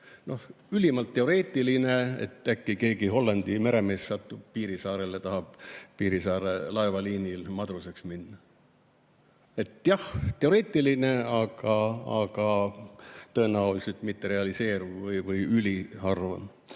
ülimalt teoreetiline, et äkki keegi Hollandi meremees satub Piirissaarele ja tahab Piirissaare laevaliinile madruseks minna. Jah, teoreetiline, aga tõenäoliselt mitterealiseeruv või üliharv